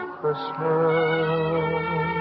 Christmas